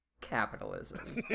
capitalism